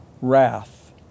wrath